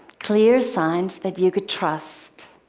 clear signs that you could trust,